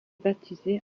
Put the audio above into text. baptisé